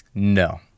No